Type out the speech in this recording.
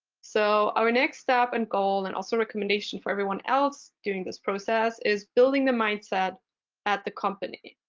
so our next step and goal and also recommendation for everyone else doing this process is building the mindset at the company.